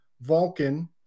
vulcan